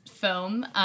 film